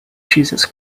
jesus